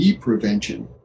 prevention